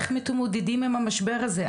איך מתמודדים עם המשבר הזה?